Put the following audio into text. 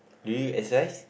do you exercise